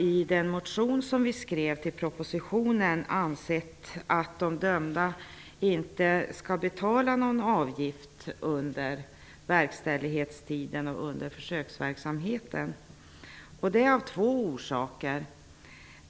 I den motion som vi skrev till propositionen har vi ansett att de dömda inte skall betala någon avgift under verkställighetstiden under försöksverksamheten. Det har två orsaker.